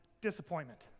disappointment